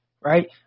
right